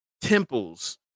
temples